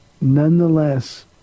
nonetheless